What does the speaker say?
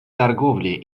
торговле